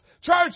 Church